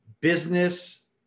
business